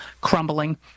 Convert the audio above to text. crumbling